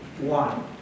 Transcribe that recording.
one